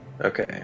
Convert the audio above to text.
Okay